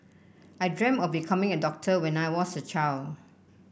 I dreamt of becoming a doctor when I was a child